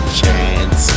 chance